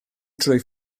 drwy